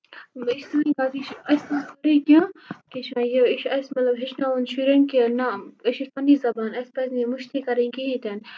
یہِ چھِ سٲنی غلطی یہِ کیاہ چھِ وَنان یہِ چھُ اَسہِ مطلب ہیچھناوُن شُرٮ۪ن کہِ نہ کٲشِر چھِ پَننی زبان اَسہِ پَزِ نہٕ یہِ مٔشتی کَرٕنۍ کِہیٖنۍ تِنہٕ